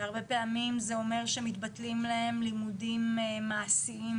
והרבה פעמים זה אומר שמתבטלים להם לימודים מעשיים,